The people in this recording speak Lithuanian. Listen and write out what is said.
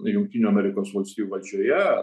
jungtinių amerikos valstijų valdžioje